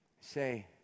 Say